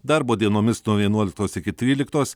darbo dienomis nuo vienuoliktos iki tryliktos